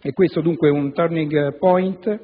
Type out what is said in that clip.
che questo è dunque un *turning point*